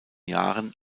jahren